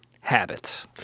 habits